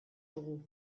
dugu